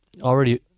already